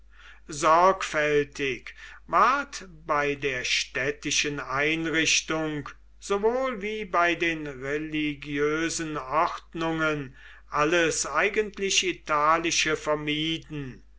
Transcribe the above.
sorgfältig ward bei der städtischen einrichtung sowohl wie bei den religiösen ordnungen alles eigentlich italische vermieden